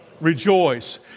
Rejoice